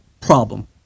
problem